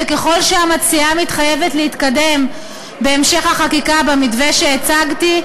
וככל שהמציעה מתחייבת להתקדם בהמשך החקיקה במתווה שהצגתי,